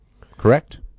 Correct